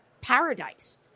paradise